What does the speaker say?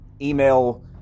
email